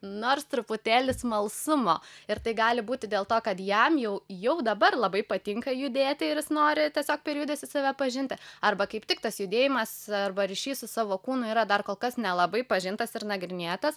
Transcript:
nors truputėlį smalsumo ir tai gali būti dėl to kad jam jau jau dabar labai patinka judėti ir jis nori tiesiog per judesį save pažinti arba kaip tik tas judėjimas arba ryšys su savo kūnu yra dar kol kas nelabai pažintas ir nagrinėtas